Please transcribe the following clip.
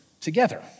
Together